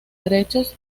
derechos